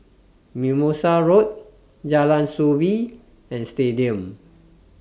Mimosa Road Jalan Soo Bee and Stadium